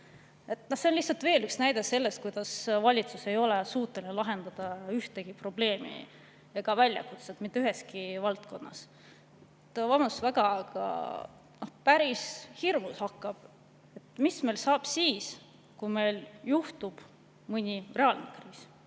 See on lihtsalt veel üks näide selle kohta, kuidas valitsus ei ole suuteline lahendama ühtegi probleemi ega väljakutset mitte üheski valdkonnas. Vabandust väga, aga päris hirmus hakkab. Mis saab siis, kui meil [tekib] mõni reaalne kriis,